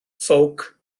ffowc